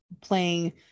playing